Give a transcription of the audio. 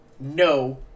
No